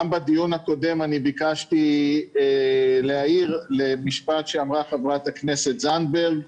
גם בדיון הקודם ביקשתי להעיר על משפט שאמרה חברת הכנסת זנדברג.